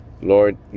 Lord